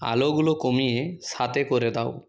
আলোগুলো কমিয়ে সাতে করে দাও